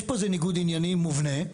יש פה איזשהו ניגוד עניינים מובנה,